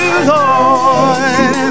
Lord